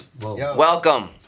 Welcome